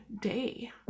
day